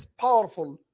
powerful